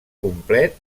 complet